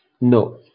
No